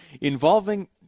involving